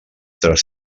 tres